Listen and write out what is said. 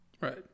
right